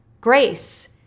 Grace